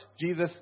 Jesus